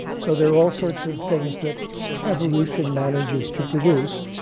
so there are all sorts of things that evolution manages to produce.